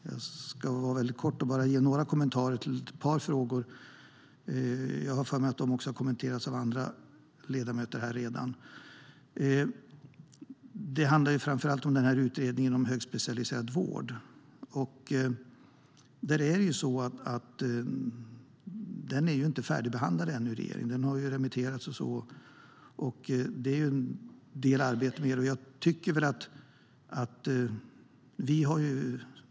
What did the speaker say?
Jag ska vara väldigt kortfattad och bara lämna några kommentarer till ett par frågor. Det handlar framför allt om utredningen om högspecialiserad vård. Den är ännu inte färdigbehandlad av regeringen. Den har remitterats, och det återstår en del arbete att göra.